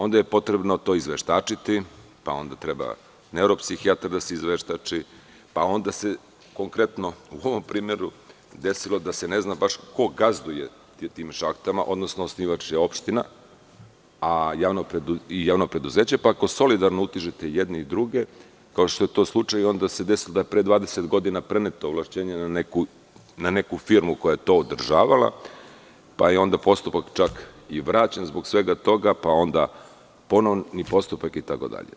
Onda je potrebno do izveštačiti, pa onda treba neuropsihijatar da se izveštači, pa onda se konkretno u ovom primeru desilo da se ne zna baš ko gazduje s tim šahtama, odnosno osnivač je opština i javno preduzeće, pa ako solidarno utužite i jedne i druge, kao što je to slučaj, onda se desi da je pre 20 godina preneto ovlašćenje na neku firmu koja je to održavala, pa je onda postupak i vraćen zbog svega toga, pa onda ponovni postupak itd.